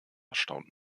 erstaunt